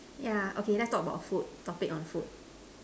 yeah okay let's talk about food topic on food